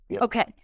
Okay